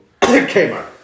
Kmart